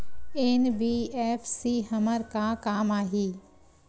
NBFC हमर का काम आही?